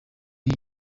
iyi